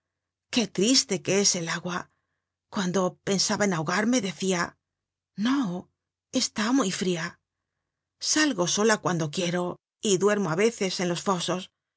qué triste que es el agua cuando pensaba en ahogarme decia no está muy fria salgo sola cuando quiero y duermo á veces en los fosos